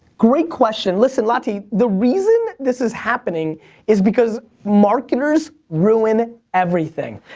great question. listen, lati. the reason this is happening is because marketers ruin everything.